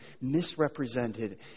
misrepresented